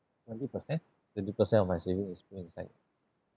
twenty per cent twenty per cent of my saving is put inside